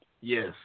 Yes